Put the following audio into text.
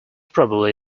probably